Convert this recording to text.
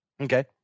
Okay